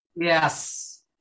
Yes